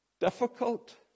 difficult